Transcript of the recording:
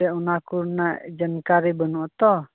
ᱮᱱᱛᱮᱫ ᱚᱱᱟᱠᱚ ᱨᱮᱱᱟᱜ ᱡᱟᱱᱠᱟᱨᱤ ᱵᱟᱹᱱᱩᱜᱼᱟ ᱛᱚ